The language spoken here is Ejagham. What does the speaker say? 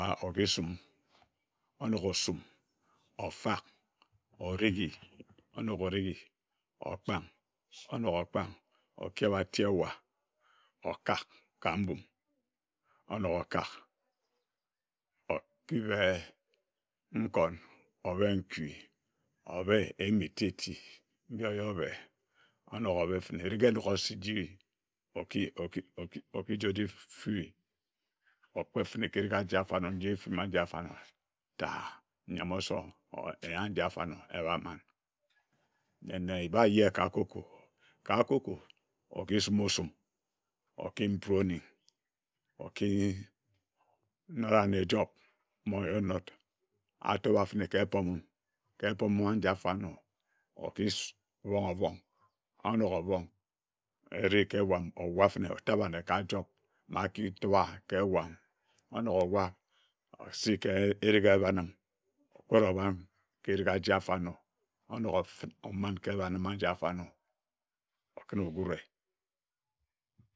Aah okisum onogor osum ofak origi okpong onogor okpong okeb ati owa okak ka mbum onogor okak okibe nkon obe nkui obe eni eti eti njio oyorbe onongor obe fene ereh enogha sije oki oki oki okiji ojifi okpe fene ka erigi ajia afanor njie efim ajia afanor dahh nyam osor or eya nji afanar eba man den ebaye ka cocoa ka cocoa okisum osum okiyim prooning oki nora ane ejok mayenok a topa fene ka etopim ka etomongor njia afanor okis bong onogor obong ere ka ewam owa fene otabe anne ka nchod akitua ka ewam onogor owa osi ka erigi ebamim okure obam ka erigi ajia afanor onogor ofid oman ka ebanim ajia afanor opkun ogure